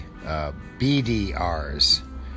BDRs